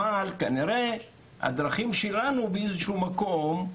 אבל כנראה הדרכים שלנו באיזה שהוא מקום,